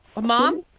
Mom